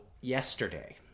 yesterday